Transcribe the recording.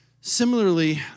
Similarly